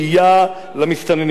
אני מניח שגם הצעת החוק הזאת,